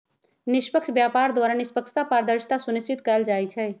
निष्पक्ष व्यापार द्वारा निष्पक्षता, पारदर्शिता सुनिश्चित कएल जाइ छइ